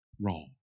wrong